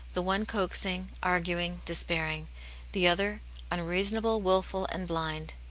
the one coaxing, arguing, despairing the other unreasonable, wilful, and blind.